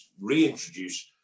reintroduce